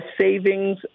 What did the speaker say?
savings